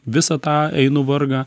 visą tą einu vargą